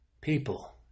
People